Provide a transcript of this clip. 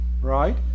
right